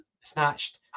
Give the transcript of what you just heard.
snatched